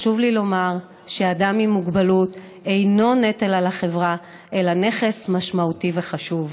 חשוב לי לומר שאדם עם מוגבלות אינו נטל על החברה אלא נכס משמעותי וחשוב,